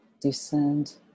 descend